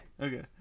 Okay